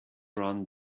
run